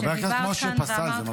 חבר הכנסת משה פסל, זה מפריע.